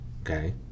okay